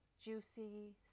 juicy